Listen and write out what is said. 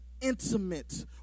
intimate